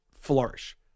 flourish